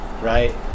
Right